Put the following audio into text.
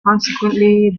consequently